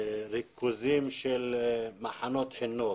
ריכוזים של מחנות חינוך